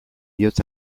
diot